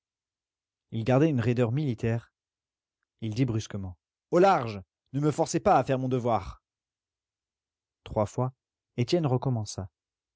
il gardait une raideur militaire il dit brusquement au large ne me forcez pas à faire mon devoir trois fois étienne recommença